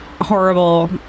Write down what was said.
horrible